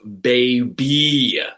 baby